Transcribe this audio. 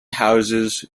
houses